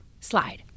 slide